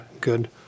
good